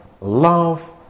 love